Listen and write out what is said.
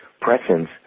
presence